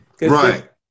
Right